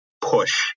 push